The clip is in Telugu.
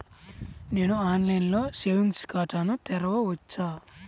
నేను ఆన్లైన్లో సేవింగ్స్ ఖాతాను తెరవవచ్చా?